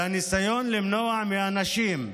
והניסיון למנוע מאנשים,